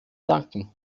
danken